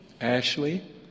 Ashley